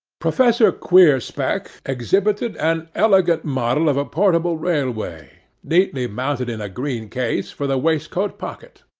professor queerspeck exhibited an elegant model of a portable railway, neatly mounted in a green case, for the waistcoat pocket.